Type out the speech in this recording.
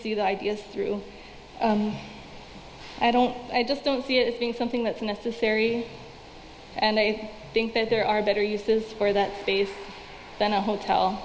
see the ideas through i don't i just don't see it being something that's necessary and i think that there are better uses for that space than a hotel